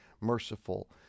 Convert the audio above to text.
merciful